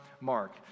Mark